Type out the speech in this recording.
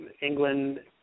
England